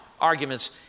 arguments